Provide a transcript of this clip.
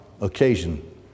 Occasion